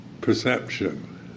perception